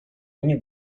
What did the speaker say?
oni